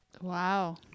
Wow